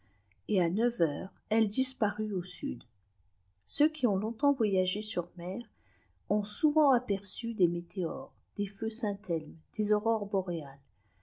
et à neuf heures elletlîspardt au sttd cèuî qui ont longtemps voyagé sur mer ont souvent aperçu dès ftiètèores des feux saint-elme des adrores boréales